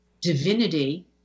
divinity